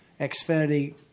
Xfinity